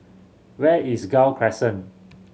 where is Gul Crescent